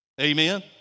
Amen